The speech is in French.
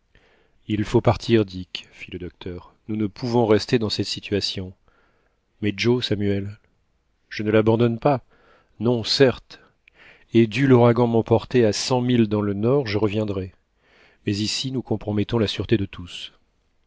il faut partir dick fit le docteur nous ne pouvons rester dans cette situation mais joe samuel je ne l'abandonne pas non certes et dut l'ouragan m'emporter à cent milles dans le nord je reviendrai mais ici nous compromettons la sûreté de tous